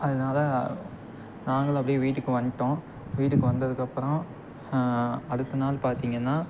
அதனால நாங்களும் அப்டியே வீட்டுக்கு வந்துட்டோம் வீட்டுக்கு வந்ததுக்கப்புறம் அடுத்த நாள் பார்த்தீங்கன்னா